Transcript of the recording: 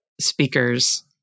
speakers